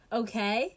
okay